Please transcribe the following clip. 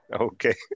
okay